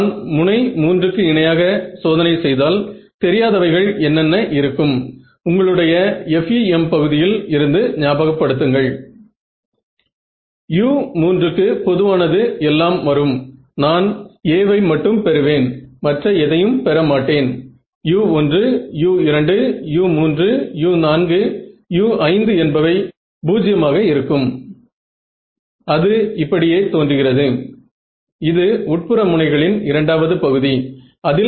நான் சில வகை நியூமெரிக்கல் கன்வர்ஜென்ஸ் நடக்கும் என்று எதிர் எதிர்பார்க்கிறேன்